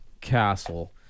castle